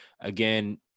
Again